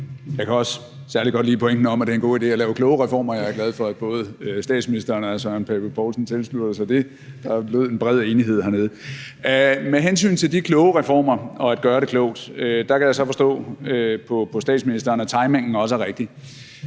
Jeg kan nu også særlig godt lige pointen om, at det er en god idé at lave kloge reformer, og jeg er glad for, at både statsministeren og hr. Søren Pape Poulsen tilslutter sig det – der lød som bred enighed hernede. Med hensyn til de kloge reformer og at gøre det klogt, kan jeg så forstå på statsministeren, at timingen også er rigtig.